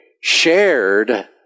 shared